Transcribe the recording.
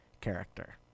character